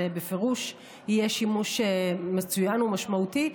זה בפירוש יהיה שימוש מצוין ומשמעותי,